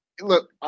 Look